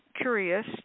curious